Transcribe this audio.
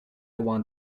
want